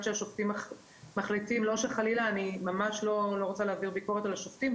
שהשופטים מחליטים אני חלילה לא רוצה להעביר ביקורת על השופטים,